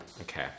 Okay